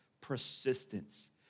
persistence